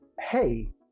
hey